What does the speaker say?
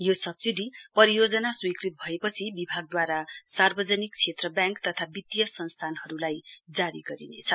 यो सब्सिडी परियोजना स्वीकृत भएपठि विभागदूवारा सार्वजनिक क्षेत्र ब्याङ्क तथा वित्तीय संस्थानहरुलाई जारी गरिनेछ